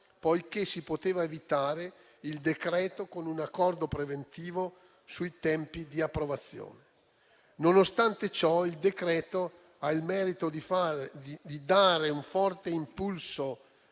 poiché si poteva evitare il decreto-legge con un accordo preventivo sui tempi di approvazione. Nonostante ciò il decreto-legge ha il merito di dare un forte impulso